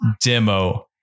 demo